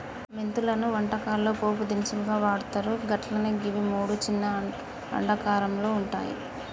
మెంతులను వంటకాల్లో పోపు దినుసుగా వాడ్తర్ అట్లనే గివి మూడు చిన్న అండాకారంలో వుంటయి